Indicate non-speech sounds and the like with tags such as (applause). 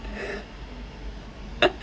(laughs)